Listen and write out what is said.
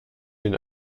den